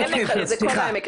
עמק חפר, סליחה.